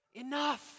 Enough